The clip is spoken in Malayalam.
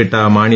വിട്ട മാണി